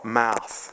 mouth